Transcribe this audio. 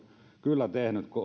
kyllä tehnyt